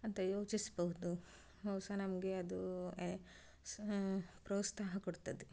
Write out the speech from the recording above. ಅಂತ ಯೋಚಿಸ್ಬಹುದು ಅವು ಸ ನಮಗೆ ಅದು ಯ ಸ್ ಪ್ರೋತ್ಸಾಹ ಕೊಡ್ತದೆ